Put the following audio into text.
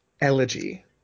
elegy